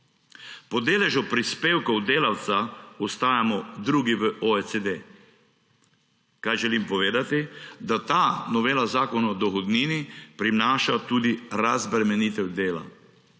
Po deležu prispevkov delavca ostajamo drugi v OECD. Kaj želim povedati – da ta novela Zakona o dohodnini prinaša tudi razbremenitev dela.